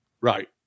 Right